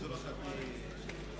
נתקבלה.